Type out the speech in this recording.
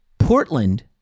Portland